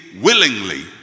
willingly